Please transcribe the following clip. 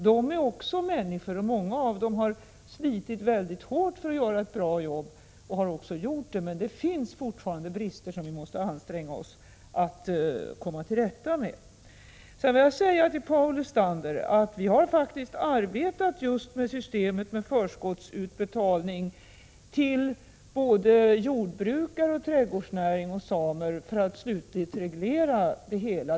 De är också människor, och många av dem har slitit mycket hårt för att göra ett bra jobb — och har även gjort det. Men det finns fortfarande brister, och vi måste anstränga oss för att komma till rätta med dem. Till Paul Lestander vill jag säga att vi faktiskt har arbetat just med systemet med förskottsutbetalning till både jordbrukare, utövare av trädgårdsnäring och samer för att slutligt reglera det hela.